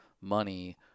money